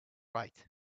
right